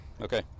Okay